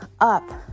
up